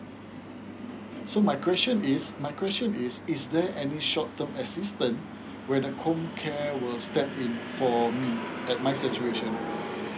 so my question is my question is is there any short term assistance where the comcare will step in for me at my situation